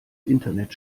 internet